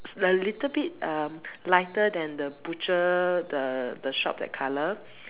a little bit um lighter than the butcher the the shop that color